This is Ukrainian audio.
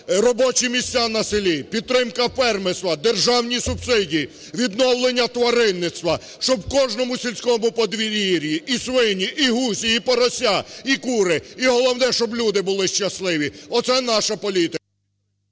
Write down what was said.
робочі місця на селі, підтримка фермерства, державні субсидії, відновлення тваринництва, щоб в кожному сільському подвір'ї – і свині, і гуси, і порося, і кури, і головне – щоб люди були щасливі, оце наша політика.